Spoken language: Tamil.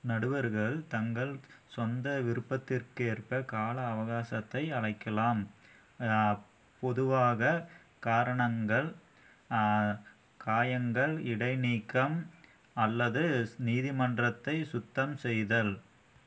நடுவர்கள் தங்கள் சொந்த விருப்பத்திற்கேற்ப கால அவகாசத்தை அழைக்கலாம் பொதுவாக காரணங்கள் காயங்கள் இடைநீக்கம் அல்லது நீதிமன்றத்தை சுத்தம் செய்தல்